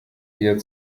wir